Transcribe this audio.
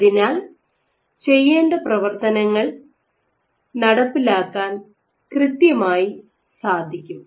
അതിനാൽ ചെയ്യേണ്ട പ്രവർത്തനങ്ങൾ നടപ്പിലാക്കാൻ കൃത്യമായി സാധിക്കും